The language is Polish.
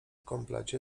komplecie